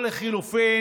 או לחלופין,